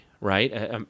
right